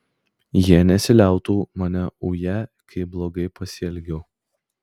jie nesiliautų mane uję kaip blogai pasielgiau